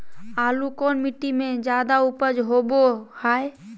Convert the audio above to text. आलू कौन मिट्टी में जादा ऊपज होबो हाय?